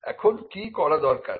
এখন কি করা দরকার